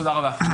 תודה רבה.